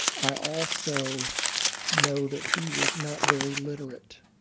i also know that he was not very literate.